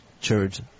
church